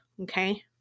Okay